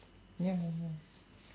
ya ya